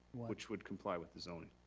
which would comply with zoning.